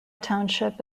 township